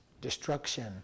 destruction